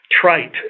trite